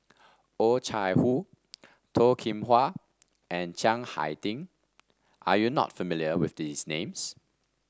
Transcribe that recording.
Oh Chai Hoo Toh Kim Hwa and Chiang Hai Ding are you not familiar with these names